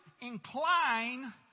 incline